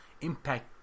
impact